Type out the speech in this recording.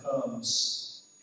comes